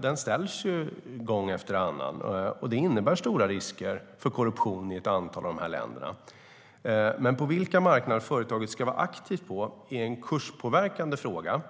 Det innebär ju stora risker för korruption i ett antal av dessa länder. Men på vilka marknader företaget ska vara aktivt är en kurspåverkande fråga